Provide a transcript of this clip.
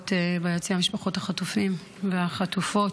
שנמצאות ביציע, משפחות החטופים והחטופות.